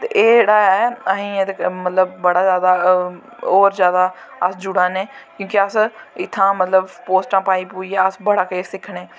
ते एह् जेह्ड़ा ऐ असें एह्दे न मतलव बड़ा जादा होर जादा अस जुड़ा ने क्योंकि अस इत्थें पोस्टां पास्टां पाईयै बड़ा किश सिक्खने